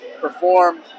perform